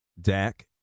Dak